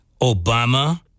Obama